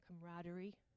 camaraderie